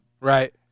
Right